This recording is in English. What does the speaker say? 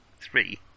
Three